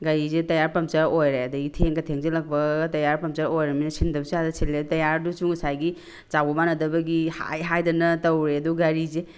ꯒꯥꯔꯤꯁꯦ tyre puncture ꯑꯣꯏꯔꯦ ꯑꯗꯒꯤ ꯊꯦꯡꯒ ꯊꯦꯡꯖꯜꯂꯛꯄ ꯇꯥꯏꯌꯔ ꯄꯝꯆꯔ ꯑꯣꯏꯔꯃꯤꯅ ꯁꯤꯟꯗꯕꯁꯨ ꯌꯥꯗꯦ ꯁꯤꯜꯂꯦ ꯑꯗꯣ ꯇꯥꯏꯌꯔꯗꯨꯁꯨ ꯉꯁꯥꯏꯒꯤ ꯆꯥꯎꯕ ꯃꯥꯟꯅꯗꯕꯒꯤ ꯍꯥꯏ ꯍꯥꯏꯗꯅ ꯇꯧꯔꯦ ꯑꯗꯨ ꯒꯥꯔꯤꯁꯦ